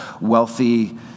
wealthy